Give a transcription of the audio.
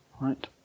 right